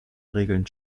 regeln